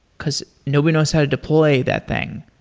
because nobody knows how to deploy that thing.